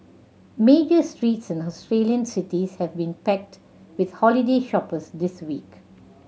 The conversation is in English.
major streets in Australian cities have been packed with holiday shoppers this week